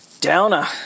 downer